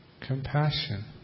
compassion